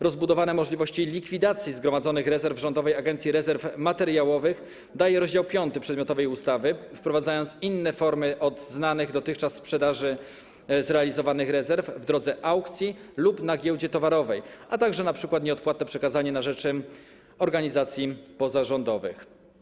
Rozbudowane możliwości likwidacji zgromadzonych rezerw Rządowej Agencji Rezerw Materiałowych daje rozdział 5 przedmiotowej ustawy, wprowadzając inne formy od znanych dotychczas sprzedaży zlikwidowanych rezerw w drodze aukcji lub na giełdzie towarowej, a także np. nieodpłatne przekazanie na rzecz organizacji pozarządowych.